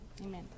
amen